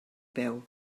peu